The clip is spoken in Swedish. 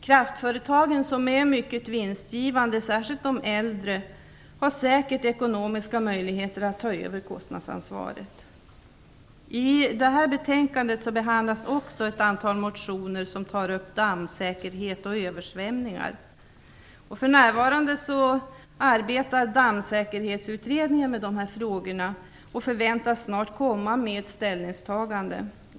Kraftföretagen, som är mycket vinstgivande, särskilt de äldre, har säkert ekonomiska möjligheter att ta över kostnadsansvaret. I det här betänkandet behandlas också ett antal motioner om dammsäkerhet och översvämningar. För närvarande arbetar Dammsäkerhetsutredningen med dessa frågor, och den förväntas snart komma med ett ställningstagande.